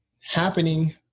happening